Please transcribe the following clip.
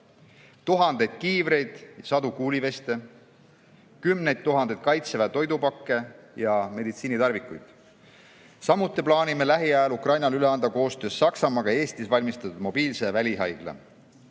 tuhandeid kiivreid, sadu kuuliveste, kümneid tuhandeid Kaitseväe toidupakke ja meditsiinitarvikuid. Samuti plaanime lähiajal Ukrainale üle anda koostöös Saksamaaga Eestis valmistatud mobiilse välihaigla.